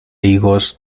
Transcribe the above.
higos